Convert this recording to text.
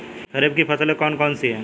खरीफ की फसलें कौन कौन सी हैं?